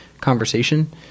conversation